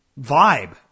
vibe